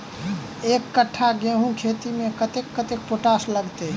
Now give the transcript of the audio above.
एक कट्ठा गेंहूँ खेती मे कतेक कतेक पोटाश लागतै?